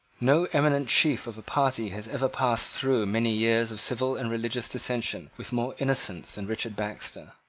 no eminent chief of a party has ever passed through many years of civil and religious dissension with more innocence than richard baxter.